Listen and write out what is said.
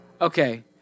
Okay